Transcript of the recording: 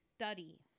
study